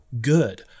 good